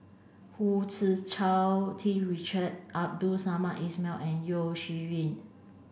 Hu Tsu Tau T Richard Abdul Samad Ismail and Yeo Shih Yun